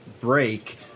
Break